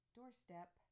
Doorstep